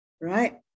right